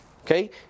okay